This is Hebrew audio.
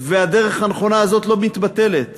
והדרך הנכונה הזאת לא מתבטלת.